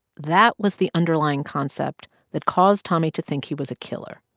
that was the underlying concept that caused tommy to think he was a killer.